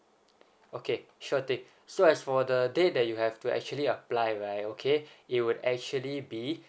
okay sure thing so as for the date that you have to actually apply right okay it would actually be